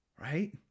right